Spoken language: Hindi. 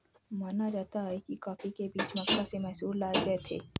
माना जाता है कि कॉफी के बीज मक्का से मैसूर लाए गए थे